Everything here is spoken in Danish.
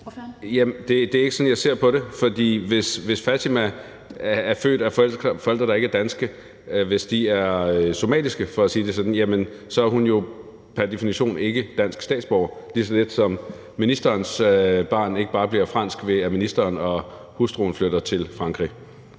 Det er ikke sådan, jeg ser på det. For hvis Fatima er født af forældre, der ikke er danske – hvis de er somaliske, for at sige det sådan – jamen så er hun pr. definition ikke dansk statsborger, ligesom ministerens barn ikke bare bliver fransk, ved at ministeren og hustruen flytter til Frankrig.